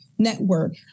network